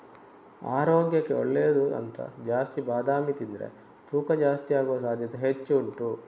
ಆರೋಗ್ಯಕ್ಕೆ ಒಳ್ಳೇದು ಅಂತ ಜಾಸ್ತಿ ಬಾದಾಮಿ ತಿಂದ್ರೆ ತೂಕ ಜಾಸ್ತಿ ಆಗುವ ಸಾಧ್ಯತೆ ಹೆಚ್ಚು ಉಂಟು